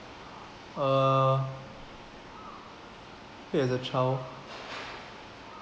uh hate as a child